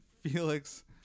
Felix